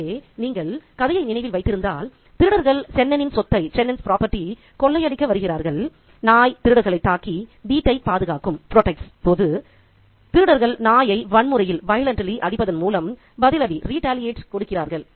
எனவே நீங்கள் கதையை நினைவில் வைத்திருந்தால் திருடர்கள் சென்னனின் சொத்தைChennans property கொள்ளையடிக்க வருகிறார்கள் நாய் திருடர்களைத் தாக்கி வீட்டைப் பாதுகாக்கும் போது திருடர்கள் நாயை வன்முறையில் அடிப்பதன் மூலம் பதிலடி கொடுத்தார்கள்